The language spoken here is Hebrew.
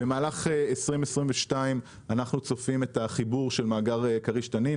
במהלך 2022 אנחנו צופים את החיבור של מאגר כריש תנין,